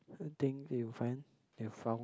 think that you find that you found